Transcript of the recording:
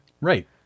Right